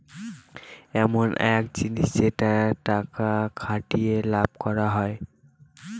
ইমন এক জিনিস যেটাতে টাকা খাটিয়ে লাভ করা হয়